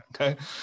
Okay